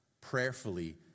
prayerfully